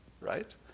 right